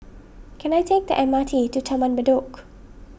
can I take the M R T to Taman Bedok